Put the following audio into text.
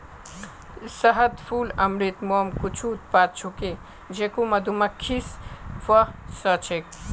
शहद, फूल अमृत, मोम कुछू उत्पाद छूके जेको मधुमक्खि स व स छेक